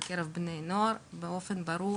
בקרב בני נוער אפשר לראות באופן ברור,